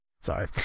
Sorry